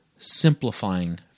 simplifying